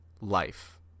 life